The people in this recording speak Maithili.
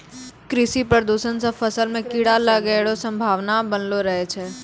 कृषि प्रदूषण से फसल मे कीड़ा लागै रो संभावना वनलो रहै छै